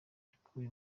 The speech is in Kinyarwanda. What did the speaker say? yakuwe